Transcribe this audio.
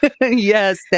Yes